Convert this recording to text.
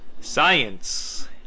Science